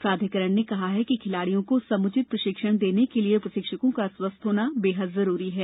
प्राधिकरण ने कहा कि खिलाड़ियों को समुचित प्रशिक्षण देने के लिए प्रशिक्षकों का स्वस्थ्य होना जरूरी है